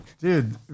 Dude